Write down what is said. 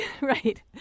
Right